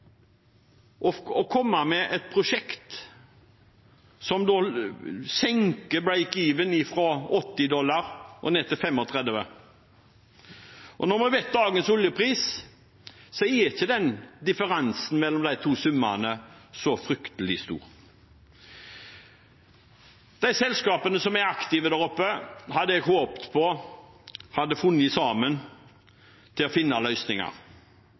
å komme med et prosjekt som senker «break even» fra 80 dollar og ned til 35. Og når vi vet dagens oljepris, er ikke differansen mellom de to summene så fryktelig stor. Jeg hadde håpet at de selskapene som er aktive der oppe, sammen hadde funnet løsninger, og jeg håper nå egentlig på at en fremdeles kan finne løsninger